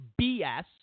BS